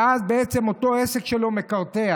ואז בעצם אותו עסק שלו מקרטע.